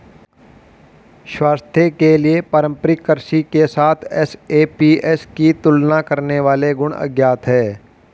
स्वास्थ्य के लिए पारंपरिक कृषि के साथ एसएपीएस की तुलना करने वाले गुण अज्ञात है